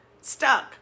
stuck